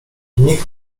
nikt